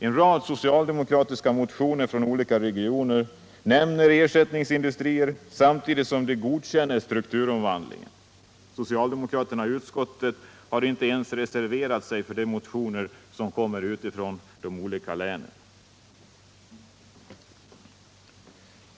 En rad socialdemokratiska motioner från olika regioner nämner ersättningsindustrier samtidigt som de godkänner strukturomvandlingen. Socialdemokraterna i utskottet har inte ens reserverat sig för de motioner som avlämnats av representanter för de olika länen.